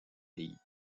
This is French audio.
pays